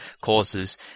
causes